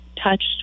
touched